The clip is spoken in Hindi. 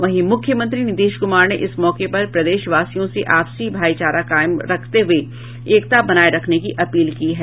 वहीं मुख्यमंत्री नीतीश कुमार ने इस मौके पर प्रदेशवासियों से आपसी भाईचारा कायम रखते हुये एकता बनाये रखने की अपील की है